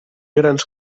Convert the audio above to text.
grans